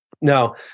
Now